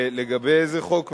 לגבי איזה חוק מדובר?